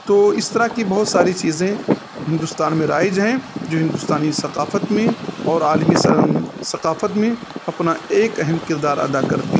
تو اس طرح کی بہت ساری چیزیں ہندوستان میں رائج ہیں جو ہندوستانی ثقافت میں اور عالمی سم ثقافت میں اپنا ایک اہم کردار ادا کرتی ہیں